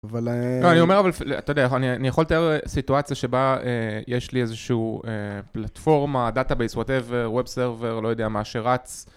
אני יכול לתאר סיטואציה שבה יש לי איזשהו פלטפורמה, דאטה-אבייס, ווב-סרבר, לא יודע מה שרץ.